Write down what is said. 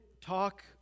talk